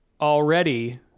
already